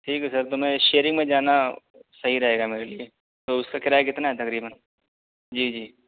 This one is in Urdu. ٹھیک ہے سر تو میں شیئرنگ میں جانا صحیح رہے گا میرے لیے تو اس کا کرایہ کتنا ہے تقریباً جی جی